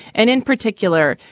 and in particular,